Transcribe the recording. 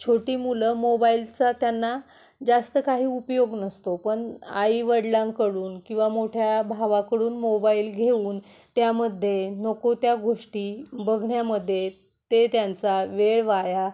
छोटी मुलं मोबाईलचा त्यांना जास्त काही उपयोग नसतो पण आईवडिलांकडून किंवा मोठ्या भावाकडून मोबाईल घेऊन त्यामध्ये नको त्या गोष्टी बघण्यामध्ये ते त्यांचा वेळ वाया